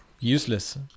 Useless